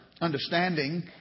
understanding